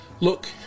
look